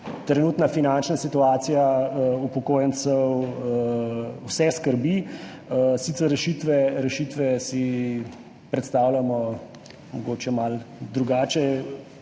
trenutna finančna situacija upokojencev vse skrbi. Sicer si rešitve predstavljamo mogoče malo drugače,